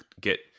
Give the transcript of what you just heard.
get